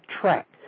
track